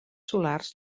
solars